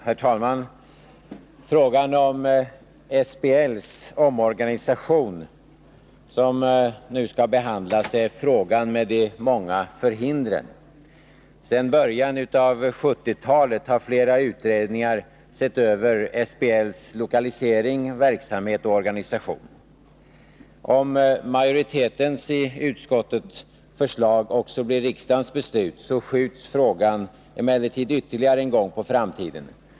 Herr talman! Frågan om SBL:s omorganisation, som nu skall behandlas, är frågan med de många förhindren. Sedan början av 1970-talet har flera utredningar sett över SBL:s lokalisering, verksamhet och organisation. Om majoritetens i utskottet förslag också blir riksdagens beslut skjuts frågan emellertid ytterligare en gång på framtiden.